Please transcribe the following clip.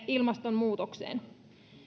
ilmastonmuutokseen valmistautumiseemme